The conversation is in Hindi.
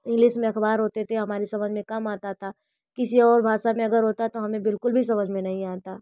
इंग्लिस में अखबार होते थे हमारे समझ में कम आता था किसी और भाषा में अगर होता तो हमें बिल्कुल भी समझ में नहीं आता था